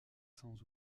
cents